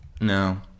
No